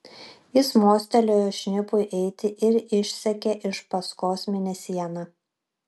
jis mostelėjo šnipui eiti ir išsekė iš paskos į mėnesieną